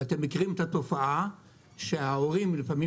ואתם מכירים את התופעה שההורים לפעמים